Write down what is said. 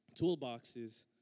toolboxes